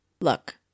Look